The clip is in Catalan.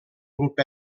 grup